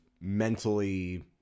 mentally